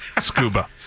Scuba